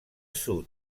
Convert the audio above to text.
sud